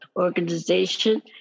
organization